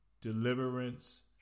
Deliverance